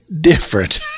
different